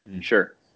sure